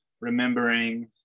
remembering